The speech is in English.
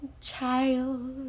child